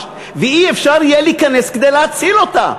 ולא יהיה אפשר להיכנס כדי להציל אותה.